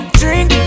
drink